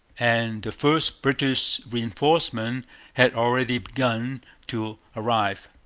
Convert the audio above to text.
and the first british reinforcements had already begun to arrive.